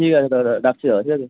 ঠিক আছে তাহলে দাদা রাখছি দাদা ঠিক আছে